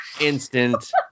Instant